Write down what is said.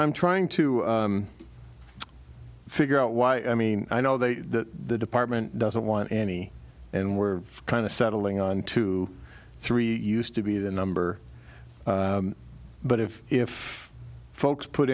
i'm trying to figure out why i mean i know the department doesn't want any and we're kind of settling on two three used to be the number but if if folks put